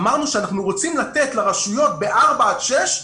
אמרנו שאנחנו רוצים לתת לרשויות ב-4 עד 6,